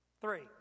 Three